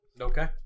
Okay